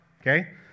okay